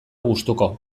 gustuko